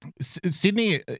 sydney